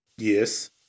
yes